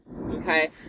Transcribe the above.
okay